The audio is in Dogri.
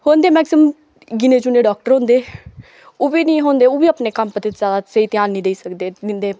हून ते मैक्सीमम गिने चुने दे डाक्टर होंदे ओह् बी नेईं होंदे ओह् बी अपने कम्म उप्पर ज्यादा स्हेई ध्यान नेईं सकदे दिंदे